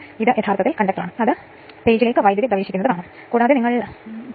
09 watt ഏകദേശം 88 watt ആണ്